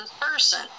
person